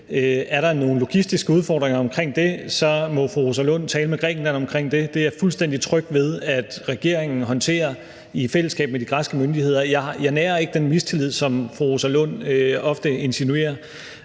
Er der nogle logistiske udfordringer omkring det, må fru Rosa Lund tale med Grækenland om det. Det er jeg fuldstændig tryg ved at regeringen håndterer i fællesskab med de græske myndigheder. Jeg nærer ikke den mistillid, som fru Rosa Lund ofte insinuerer,